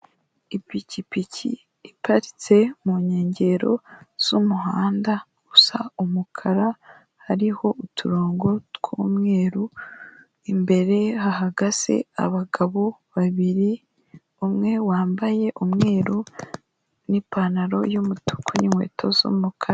Ipikipiki iparitse mu nkengero z'umuhanda usa umukara hariho uturongo tw'umweru, imbere hahagaze abagabo babiri, umwe wambaye umweru n'ipantaro y'umutuku n'inkweto z'umukara.